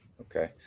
okay